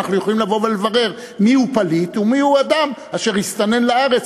אנחנו יכולים לבוא ולברר מי פליט ומי אדם אשר הסתנן לארץ